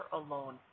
alone